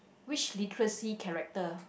which literacy character